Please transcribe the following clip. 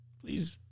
please